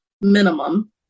minimum